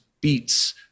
beats